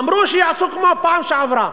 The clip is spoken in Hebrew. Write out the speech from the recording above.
אמרו שיעשו כמו בפעם שעברה.